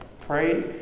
Pray